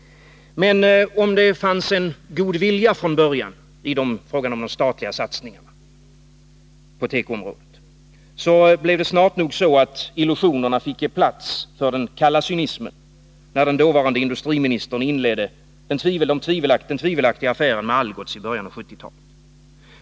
Men om det fanns en god vilja från början i fråga om de statliga satsningarna på tekoområdet blev det snart nog så att illusionerna fick ge plats för den kalla cynismen, när den dåvarande industriministern inledde den tvivelaktiga affären med Algots i början av 1970-talet.